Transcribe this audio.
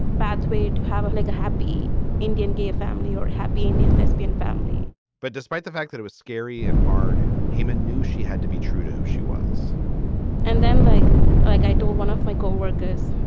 bad way to have a like a happy indian gay family or happy indian lesbian family but despite the fact that it was scary and hard, heymann knew she had to be true to who she was and then like like i told one of my co-workers,